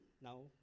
now